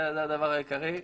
זה הדבר העיקרי,